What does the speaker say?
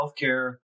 healthcare